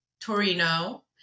Torino